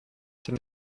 denn